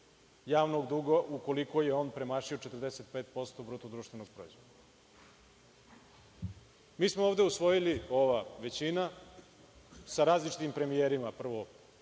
javnog duga, ukoliko je on premašio 45% bruto društvenog proizvoda. Mi smo ovde usvojili, ova većina, sa različitim premijerima, prvo